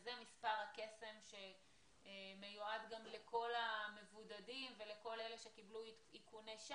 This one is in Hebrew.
שזה מספר הקסם שמיועד גם לכל המבודדים ולכל אלה שקיבלו איכונים.